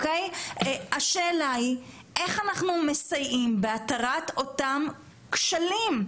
השאלה היא איך אנחנו מסייעים בהתרת אותם כשלים,